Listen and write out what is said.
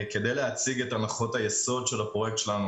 כדי להציג את הנחות היסוד של הפרויקט של הפרויקט שלנו,